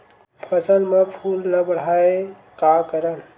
फसल म फूल ल बढ़ाय का करन?